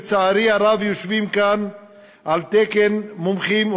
כשלצערי הרב יושבים כאן על תקן מומחים,